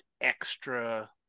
extra